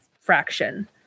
fraction